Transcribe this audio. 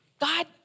God